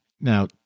Now